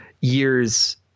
years